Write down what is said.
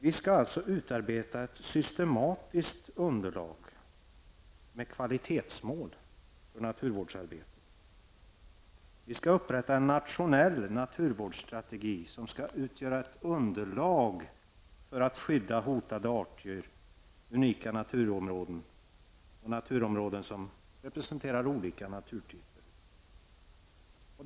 Vi skall alltså utarbeta ett systematiskt underlag med kvalitetsmål för naturvårdsarbetet. Vi skall upprätta en nationell naturvårdsstrategi som skall utgöra ett underlag för att skydda hotade arter, unika naturområden och naturområden som representerar olika naturtyper.